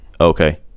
Okay